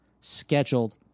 scheduled